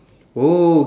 oh